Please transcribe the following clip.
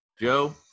Joe